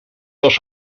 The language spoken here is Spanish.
los